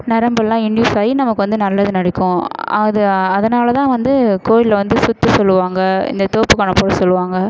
நரம்பெலாம் எண்டியூஸ் ஆகி நமக்கு வந்து நல்லது நடக்கும் அது அதனால் தான் வந்து கோயிலில் வந்து சுற்ற சொல்லுவாங்க இந்த தோப்புக்கரணம் போட சொல்லுவாங்க